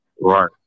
Right